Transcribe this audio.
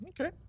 Okay